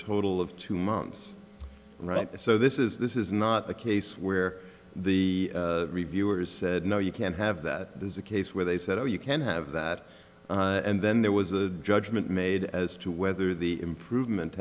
total of two months right so this is this is not a case where the reviewers said no you can't have that there's a case where they said oh you can have that and then there was a judgment made as to whether the improvement